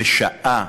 בשעה